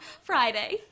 Friday